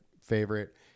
favorite